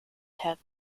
tip